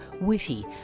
witty